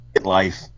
life